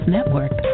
Network